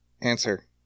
answer